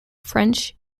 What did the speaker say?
french